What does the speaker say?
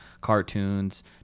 cartoons